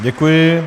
Děkuji.